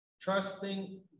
trusting